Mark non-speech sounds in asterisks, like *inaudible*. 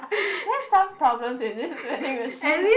*laughs* there's some problem with this vending machine